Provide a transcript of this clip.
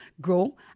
grow